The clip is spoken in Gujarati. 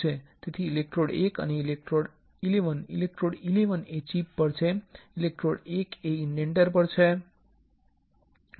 તેથી ઇલેક્ટ્રોડ 1 અને ઇલેક્ટ્રોડ 11 ઇલેક્ટ્રોડ 11 એ ચિપ પર છે ઇલેક્ટ્રોડ 1 એ ઇંડેન્ટર પર છે